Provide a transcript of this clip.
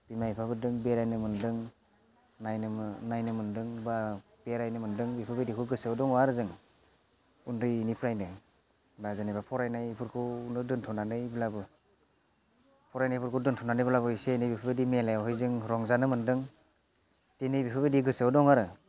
बिफा बिफाफोरदों बेरायनो मोन्दों नायनो मोन्दों बा बेरायनो मोन्दों बेफोरबायदिखौ गोसोआव दङ आरो जों उन्दैनिफ्रायनो बा जेनेबा फरायनायफोरखौनो दोन्थ'नानैब्लाबो फरायनायफोरखौ दोन्थ'नानैब्लाबो एसे एनै बेफोरबायदि मेलायावहाय जों रंजानो मोन्दों दिनै बेफोरबायदि गोसोआव दं आरो